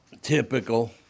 Typical